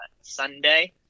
sunday